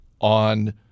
on